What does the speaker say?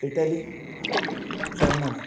Italy German